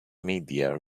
media